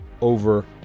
over